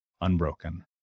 unbroken